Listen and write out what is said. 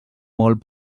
molt